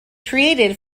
created